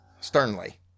Sternly